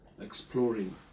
exploring